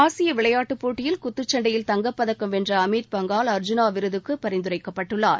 ஆசிய விளையாட்டுப் போட்டியில் குத்துச்சண்டையில் தங்கப்பதக்கம் வென்ற அமித் பங்கால் அர்ஜூனா விருதுக்கு பரிந்துரைக்கப்பட்டுள்ளார்